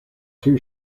two